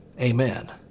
Amen